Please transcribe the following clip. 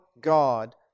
God